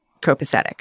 copacetic